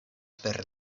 per